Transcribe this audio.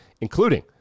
including